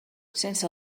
sense